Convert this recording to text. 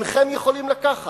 אינכם יכולים לקחת.